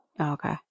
Okay